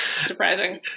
surprising